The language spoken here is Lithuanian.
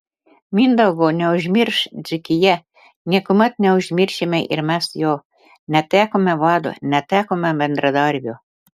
mindaugo neužmirš dzūkija niekuomet neužmiršime ir mes jo netekome vado netekome bendradarbio